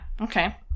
okay